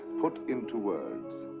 put into words,